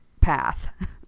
path